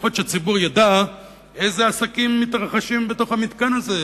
לפחות שהציבור ידע איזה עסקים מתרחשים בתוך המתקן הזה.